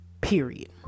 period